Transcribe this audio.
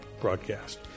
broadcast